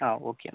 ആ ഓക്കെ എന്നാൽ